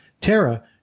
Tara